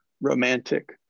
romantic